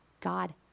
God